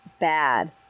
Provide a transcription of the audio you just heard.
bad